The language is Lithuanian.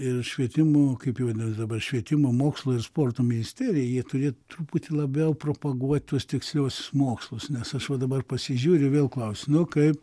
ir švietimo kaip jau dabar švietimo mokslo ir sporto ministerija jie turėtų truputį labiau propaguot tuos tiksliuosius mokslus nes aš va dabar pasižiūriu vėl klausiu nu kaip